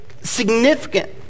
significant